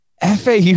FAU